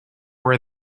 where